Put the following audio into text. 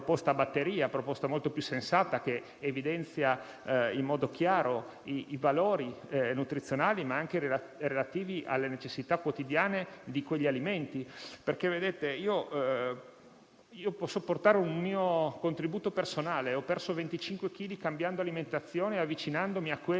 Dobbiamo far capire alla Commissione europea che ciò che conta è trasmettere i valori culturali della sana alimentazione, il che significa che il bicchiere di vino a fine pasto fa bene, mentre una bottiglia e mezza no. È questo il tema centrale e non può essere un'etichetta sulla bottiglia a dire se un alimento